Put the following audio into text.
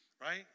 right